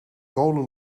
kolen